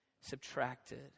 subtracted